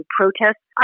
protests